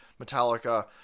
Metallica